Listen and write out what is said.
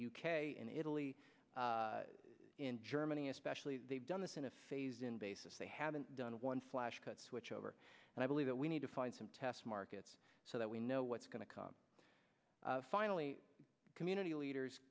in italy in germany especially they've done this in a phase in basis they haven't done one flash but switch over and i believe that we need to find some test markets so that we know what's going to come finally community leaders